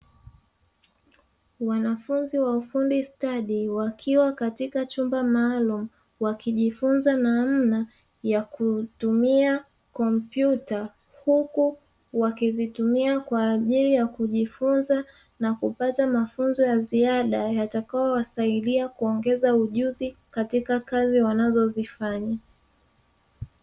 Wanafunzi wa ufundi stadi wakiwa katika chumba maalumu wakijifunza namna ya kutumia kompyuta huku wakizitumia kwa ajili ya kujifunza na kupata mafunzo ya ziada yatakayo wasaidia kuongeza ujuzi katika kazi wanazo zifanya.